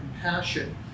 Compassion